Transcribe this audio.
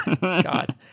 God